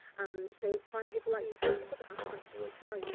um, so find people, like you find people that aren't like you as well. you know,